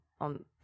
on